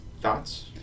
Thoughts